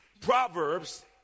Proverbs